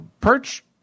Perch